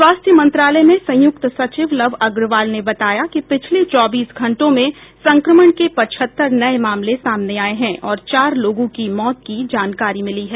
स्वास्थ्य मंत्रालय में संयुक्त सचिव लव अग्रवाल ने बताया कि पिछले चौबीस घंटों में संक्रमण के पचहत्तर नये मामले सामने आये हैं और चार लोगों की मौत की जानकारी मिली है